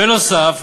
בנוסף,